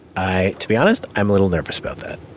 i to be honest, i'm a little nervous about that